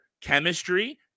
chemistry